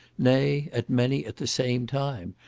nay, at many at the same time,